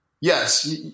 yes